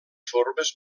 formes